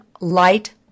light